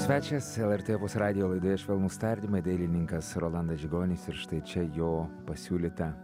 svečias lrt radijo laidoje švelnūs tardymai dailininkas rolandas žigonis ir štai čia jo pasiūlyta